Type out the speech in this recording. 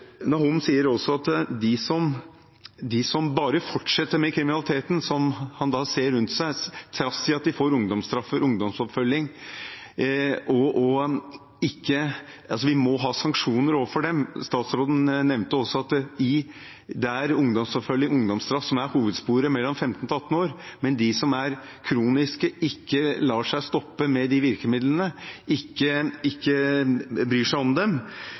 tilføyes. Nahom sier også at vi må ha sanksjoner overfor dem som bare fortsetter med kriminaliteten – som han ser rundt seg – trass i at de får ungdomsstraffer, ungdomsoppfølging. Statsråden nevnte også at det er ungdomsoppfølging, ungdomsstraff som er hovedsporet for dem mellom 15 og 18 år, men for dem som er kroniske, som ikke lar seg stoppe med de virkemidlene og ikke bryr seg om dem,